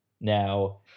Now